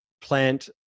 plant